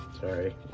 sorry